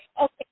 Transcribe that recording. Okay